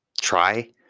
try